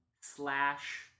slash